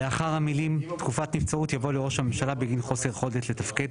לאחר המילים 'תקופת נבצרות' יבוא 'לראש הממשלה בגין חוסר יכולת לתפקד'.